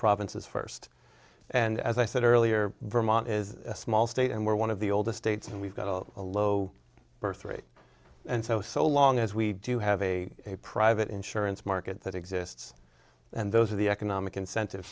provinces first and as i said earlier vermont is a small state and we're one of the oldest states and we've got about a low birth rate and so so long as we do have a a private insurance market that exists and those are the economic incentive